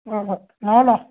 ꯍꯣꯏ ꯍꯣꯏ ꯂꯥꯛꯑꯣ ꯂꯥꯛꯑꯣ